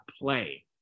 play